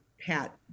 Pat